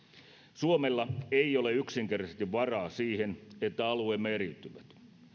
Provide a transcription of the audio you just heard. suomella ei ole yksinkertaisesti varaa siihen että alueemme eriytyvät